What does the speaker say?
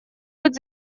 быть